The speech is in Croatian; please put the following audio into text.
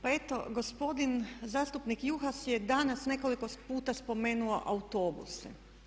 Pa eto gospodin zastupnik Juhas je danas nekoliko puta spomenuo autobuse.